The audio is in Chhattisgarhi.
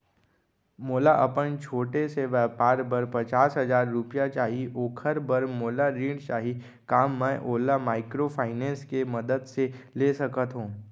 मोला अपन छोटे से व्यापार बर पचास हजार रुपिया चाही ओखर बर मोला ऋण चाही का मैं ओला माइक्रोफाइनेंस के मदद से ले सकत हो?